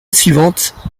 suivante